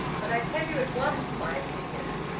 but i tell you at once my opinion.